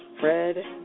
Fred